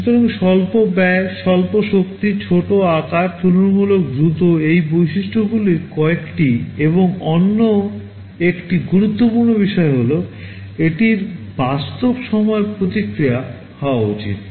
সুতরাং স্বল্প ব্যয় স্বল্প শক্তি ছোট আকার তুলনামূলক দ্রুত এই বৈশিষ্ট্যগুলির কয়েকটি এবং অন্য একটি গুরুত্বপূর্ণ বিষয় হল এটির বাস্তব সময়ের প্রতিক্রিয়া হওয়া উচিত